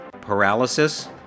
paralysis